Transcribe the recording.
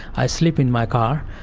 i sleep in my car.